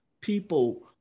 people